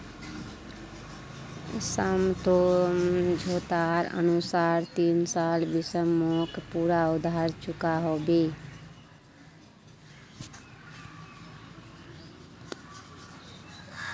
समझोतार अनुसार तीन साल शिवम मोक पूरा उधार चुकवा होबे